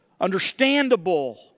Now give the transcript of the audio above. Understandable